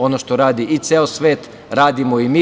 Ono što radi ceo svet radimo i mi.